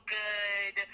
good